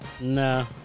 No